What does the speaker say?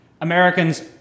Americans